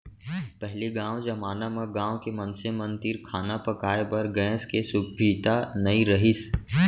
पहिली जमाना म गॉँव के मनसे मन तीर खाना पकाए बर गैस के सुभीता नइ रहिस